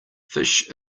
fish